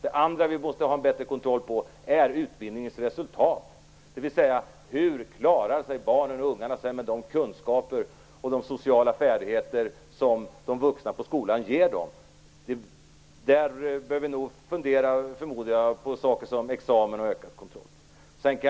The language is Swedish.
Det andra som vi måste ha en bättre kontroll över är utbildningens resultat, dvs. hur barnen klarar sig med de kunskaper och de sociala färdigheter som de vuxna på skolan ger dem. I det sammanhanget förmodar jag att vi bör fundera på examen och ökad kontroll.